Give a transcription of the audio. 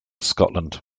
scotland